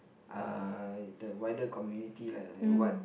uh the wider community lah what